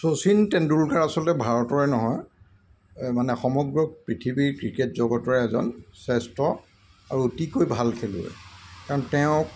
শচীন তেণ্ডুলকাৰ আচলতে ভাৰতৰে নহয় এই মানে সমগ্ৰ পৃথিৱীৰ ক্ৰিকেট জগতৰে এজন শ্ৰেষ্ঠ আৰু অতিকৈ ভাল খেলুৱৈ কাৰণ তেওঁক